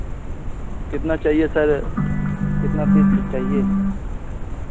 कितना चाहिए सर कितना पीस चाहिए